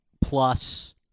plus